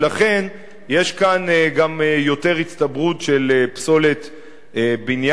ולכן יש כאן גם יותר הצטברות של פסולת בניין,